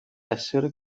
essere